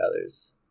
others